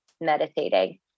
meditating